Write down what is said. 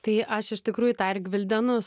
tai aš iš tikrųjų tą ir gvildenu